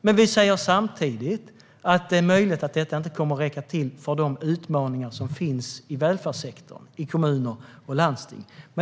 Men vi säger samtidigt att det är möjligt att detta inte kommer att räcka till för de utmaningar som finns i välfärdssektorn i kommuner och landsting.